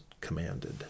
commanded